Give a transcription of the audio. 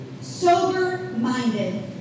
sober-minded